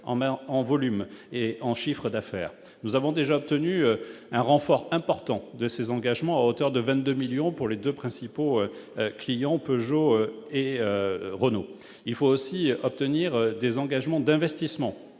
en volume et en chiffre d'affaires. Nous avons déjà obtenu un renfort important de ces engagements, à hauteur de 22 millions d'euros, de la part des deux principaux clients, Peugeot et Renault. Il faut également obtenir du repreneur des engagements d'investissement